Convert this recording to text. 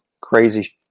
crazy